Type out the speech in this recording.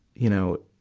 you know,